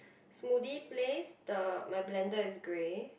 smoothie place the my blender is grey